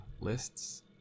lists